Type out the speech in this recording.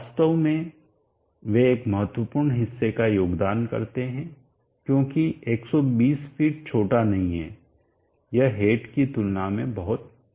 वास्तव में वे एक महत्वपूर्ण हिस्से का योगदान करते हैं क्योंकि 120 फीट छोटा नहीं है यह हेड की तुलना में बहुत बड़ा है